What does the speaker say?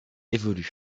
évoluent